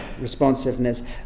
responsiveness